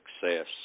success